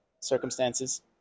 circumstances